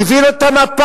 הביא לו את המפה,